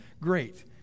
great